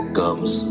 comes